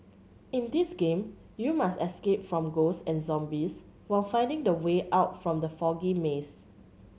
in this game you must escape from ghosts and zombies while finding the way out from the foggy maze